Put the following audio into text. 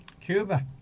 Cuba